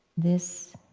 this